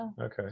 Okay